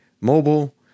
mobile